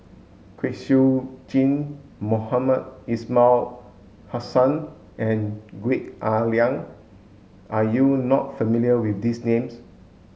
Kwek Siew Jin Mohamed Ismail Hussain and Gwee Ah Leng are you not familiar with these names